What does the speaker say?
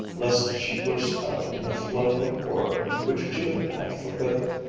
lest she burst out in the flood of horror which judith had forbidden.